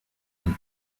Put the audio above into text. and